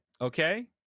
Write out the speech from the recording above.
okay